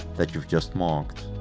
that you've just marked.